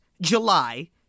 July